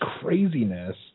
craziness